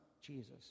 Jesus